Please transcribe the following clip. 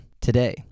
today